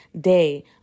day